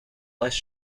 less